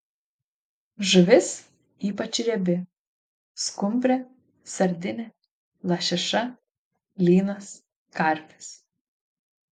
žuvis ypač riebi skumbrė sardinė lašiša lynas karpis